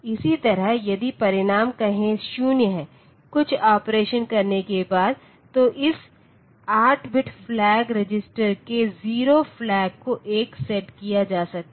इसी तरह यदि परिणाम कहे 0 हैं कुछ ऑपरेशन करने के बाद तो इस 8 बिट फ्लैग रजिस्टर के जीरो फ्लैग को 1 सेट किया जा सकता है